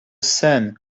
sun